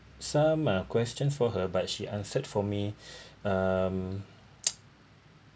some ah question for her but she answered for me um